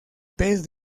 pez